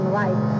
life